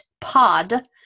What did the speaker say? pod